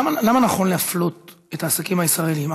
למה נכון להפלות את העסקים הישראלים?